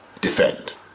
defend